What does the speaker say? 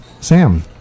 Sam